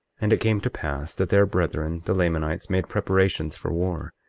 and it came to pass that their brethren, the lamanites, made preparations for war,